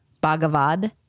Bhagavad